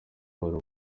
bana